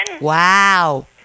Wow